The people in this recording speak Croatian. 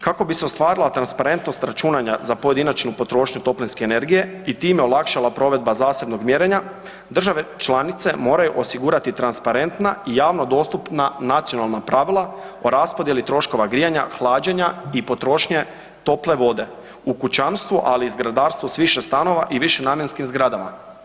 Kako bi se ostvarila transparentnost računanja za pojedinačnu potrošnju toplinske energije i time olakšala provedba zasebnog mjerenja države članice moraju osigurati transparentna i javno dostupna nacionalna pravila o raspodjeli troškova grijanja, hlađenja i potrošnje tople vode u kućanstvu, ali i zgradarstvu s više stanova i višenamjenskim zgradama.